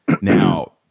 now